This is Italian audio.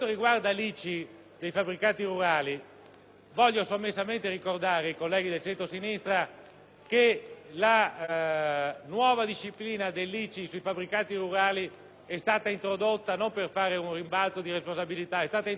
voglio sommessamente ricordare ai colleghi del centrosinistra che la nuova disciplina dell'ICI sui fabbricati rurali è stata introdotta - dico questo non per fare un rimbalzo di responsabilità - dal vostro Governo precedente;